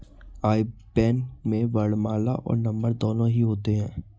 आई बैन में वर्णमाला और नंबर दोनों ही होते हैं